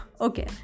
Okay